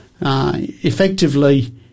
Effectively